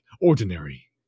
Ordinary